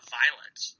violence